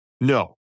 No